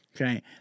Okay